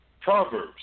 Proverbs